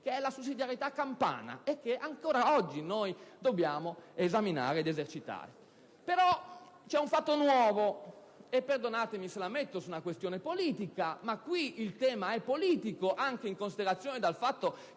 che è la sussidiarietà campana, e che ancora oggi noi dobbiamo esaminare ed esercitare. C'è però un fatto nuovo. Perdonatemi se la metto su una questione politica, ma qui il tema è politico, anche in considerazione del fatto